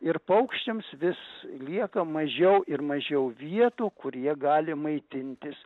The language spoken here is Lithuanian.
ir paukščiams vis lieka mažiau ir mažiau vietų kur jie gali maitintis